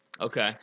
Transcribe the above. Okay